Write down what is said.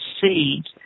seeds